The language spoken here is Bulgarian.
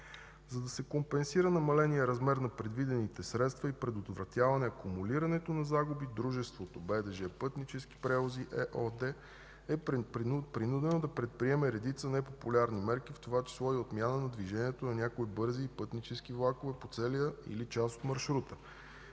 За да се компенсира намаленият размер на предвидените средства и предотвратяване акумулирането на загуби, дружеството на БДЖ „Пътнически превози” ЕООД е принудено да предприеме редица непопулярни мерки, в това число и отмяна на движението на някои бързи и пътнически влакове по целия маршрут